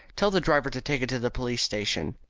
tell the driver to take it to the police-station.